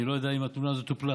אני לא יודע אם התלונה הזאת טופלה.